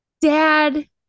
Dad